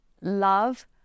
love